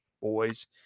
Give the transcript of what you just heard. boys